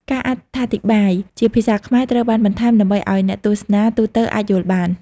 ការអត្ថាធិប្បាយជាភាសាខ្មែរត្រូវបានបន្ថែម ដើម្បីឱ្យអ្នកទស្សនាទូទៅអាចយល់បាន។